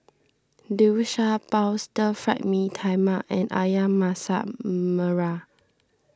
Liu Sha Bao Stir Fried Mee Tai Mak and Ayam Masak Merah